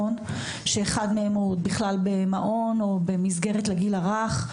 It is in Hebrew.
שאחד מהם הוא בכלל במעון או במסגרת לגיל הרך,